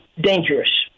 dangerous